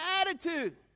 attitude